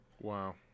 wow